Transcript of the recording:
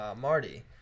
Marty